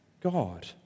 God